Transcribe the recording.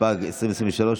התשפ"ג 2023,